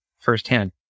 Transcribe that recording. firsthand